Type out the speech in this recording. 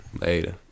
Later